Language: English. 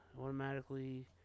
automatically